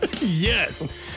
Yes